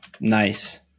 nice